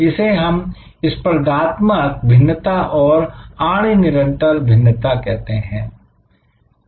इसे हम स्पर्धात्मक भिन्नता और आणि निरंतर भिन्नता कहते हैं